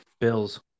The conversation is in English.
Bills